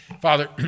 Father